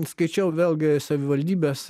skaičiau vėlgi savivaldybės